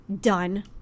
done